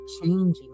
changing